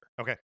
Okay